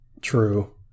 True